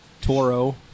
Toro